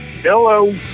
Hello